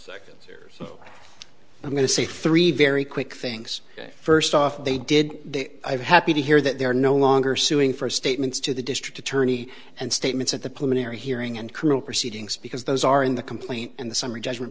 seconds or i'm going to say three very quick things first off they did they are happy to hear that they're no longer suing for statements to the district attorney and statements at the plane air hearing and criminal proceedings because those are in the complaint and the summary judgment